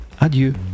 adieu